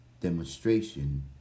demonstration